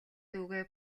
дүүгээ